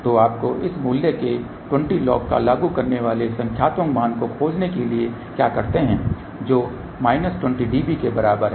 तो आपको इस मूल्य के 20 log पर लागू होने वाले संख्यात्मक मान को खोजने के लिए क्या करना है जो माइनस 20 dB के बराबर है